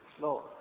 No